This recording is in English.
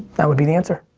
that would be the answer.